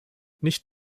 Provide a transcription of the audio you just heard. nicht